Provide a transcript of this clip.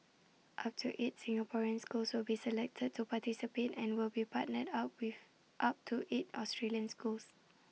up to eight Singaporean schools will be selected to participate and will be partnered up with up to eight Australian schools